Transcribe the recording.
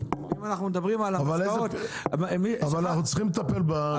אבל אנחנו צריכים לטפל במחזור.